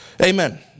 Amen